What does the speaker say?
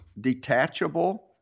detachable